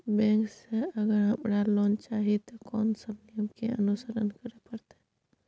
Bank से अगर हमरा लोन चाही ते कोन सब नियम के अनुसरण करे परतै?